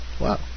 Wow